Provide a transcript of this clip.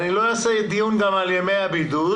גם לא על ימי הבידוד.